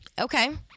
Okay